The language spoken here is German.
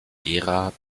gera